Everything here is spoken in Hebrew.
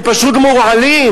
הם פשוט מורעלים.